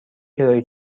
کرایه